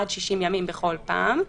עד 60 ימים בכל פעם,